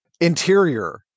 interior